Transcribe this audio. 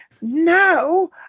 No